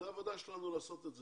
זאת העבודה שלנו לעשות את זה.